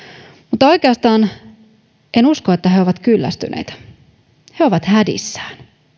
mutta oikeastaan en usko että he ovat kyllästyneitä he ovat hädissään